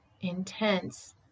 intense